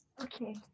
Okay